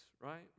right